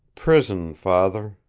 prison, father.